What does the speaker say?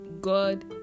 God